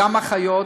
גם אחיות,